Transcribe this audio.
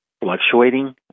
fluctuating